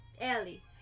Ellie